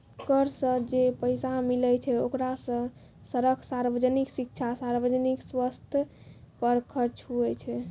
कर सं जे पैसा मिलै छै ओकरा सं सड़क, सार्वजनिक शिक्षा, सार्वजनिक सवस्थ पर खर्च हुवै छै